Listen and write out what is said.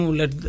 let